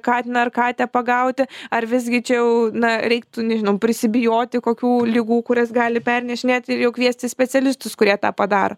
katiną ar katę pagauti ar visgi čia jau na reiktų nežinau prisibijoti kokių ligų kurias gali pernešinėti ir jau kviesti specialistus kurie tą padaro